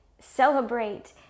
celebrate